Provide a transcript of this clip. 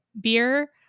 beer